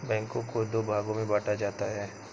बैंकों को दो भागों मे बांटा जाता है